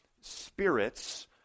spirits